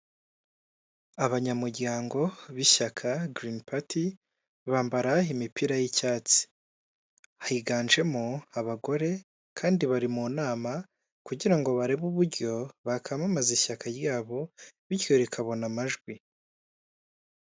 Abanyamuryango b'ishyaka Green Party bambara imipira y'icyatsi, higanjemo abagore kandi bari mu nama kugira ngo barebe uburyo bakamamaza ishyaka ryabo bityo rikabona amajwi.